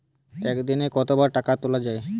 একদিনে কতবার টাকা তোলা য়ায়?